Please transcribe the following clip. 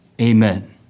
Amen